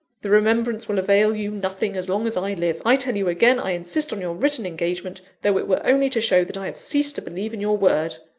the remembrance will avail you nothing as long as i live. i tell you again, i insist on your written engagement, though it were only to show that i have ceased to believe in your word.